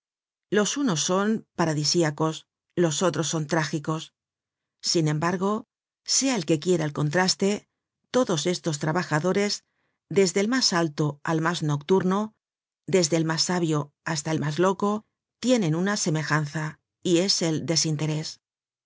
los unos son paradisiacos los otros son trágicos sin embargo sea el que quiera el contraste todos estos trabajadores desde el mas alto al mas nocturno desde el mas sabio hasta el mas loco tienen una semejanza y es el desinterés